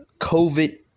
COVID